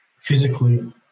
physically